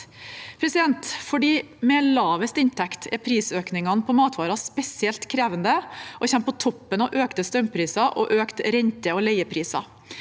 sikt. For dem med lavest inntekt er prisøkningene på matvarer spesielt krevende, og de kommer på toppen av økte strømpriser, økt rente og økte leiepriser.